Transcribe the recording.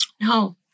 No